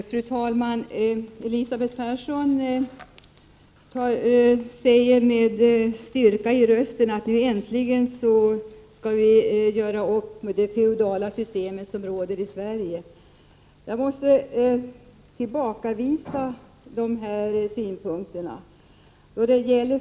Fru talman! Elisabeth Persson sade med styrka i rösten att vi nu äntligen skall göra upp med det feodala system som råder i Sverige. Jag måste tillbakavisa dessa synpunkter.